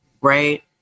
right